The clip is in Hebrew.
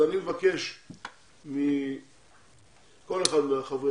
אני מבקש מכל אחד מחברי